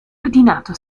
ordinato